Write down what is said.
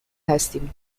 هستیم